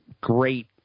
great